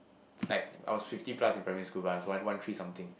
like I was fifty plus in primary school but I was one one three something